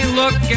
look